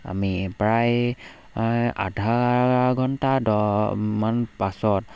আমি প্ৰায় আধা ঘণ্টা দহমান পাছত